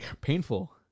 Painful